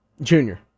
Junior